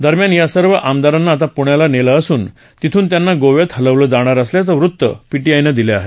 दरम्यान या सर्व आमदारांना आता पुण्याला नेलं असुन तिथून त्यांना गोव्यात हलवलं जाणार असल्याचं वृत्त पीटीआयनं दिलं आहे